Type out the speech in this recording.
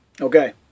Okay